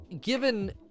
given